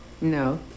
No